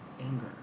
anger